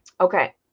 Okay